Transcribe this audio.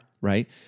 right